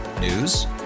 News